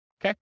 Okay